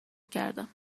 کردم